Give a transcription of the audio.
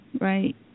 right